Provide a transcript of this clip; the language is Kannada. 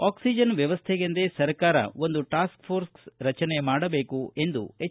ಆಕ್ಲಿಜನ್ ವ್ಯವಸ್ಟೆಗೆಂದೆ ಸರ್ಕಾರ ಒಂದು ಟಾಸ್ಕ್ಫೋರ್ಸ ರಚನೆ ಮಾಡಬೇಕು ಎಂದು ಎಚ್